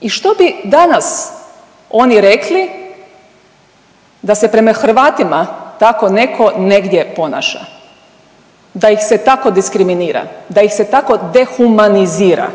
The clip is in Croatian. i što bi danas oni rekli da se prema Hrvatima tako neko negdje ponaša, da ih se tako diskriminira, da ih se tako dehumanizira,